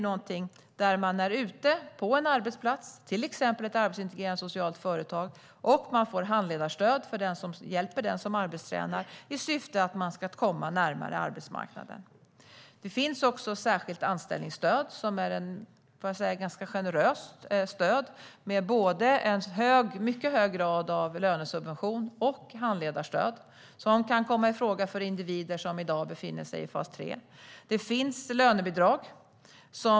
Då är man ute på en arbetsplats, till exempel ett arbetsintegrerande socialt företag, och det finns handledarstöd för den som hjälper den som arbetstränar, i syfte att den personen ska komma närmare arbetsmarknaden. Det finns också särskilt anställningsstöd, som är ett ganska generöst stöd med både en mycket hög grad av lönesubvention och handledarstöd. Det kan komma i fråga för individer som i dag befinner sig i fas 3. Det finns lönebidrag.